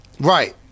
Right